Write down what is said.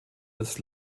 das